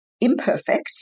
imperfect